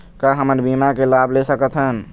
का हमन बीमा के लाभ ले सकथन?